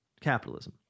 capitalism